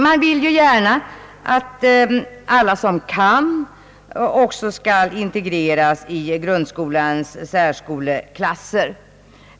Man vill gärna såvitt möjligt att alla också skall integreras i grundskolans särskoleklasser.